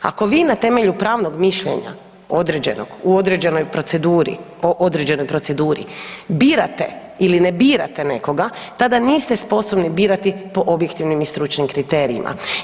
Ako vi na temelju pravnog mišljenja određenog u određenoj proceduri o određenoj proceduri birate ili ne birate nekoga tada niste sposobni birati po objektivnim i stručnim kriterijima.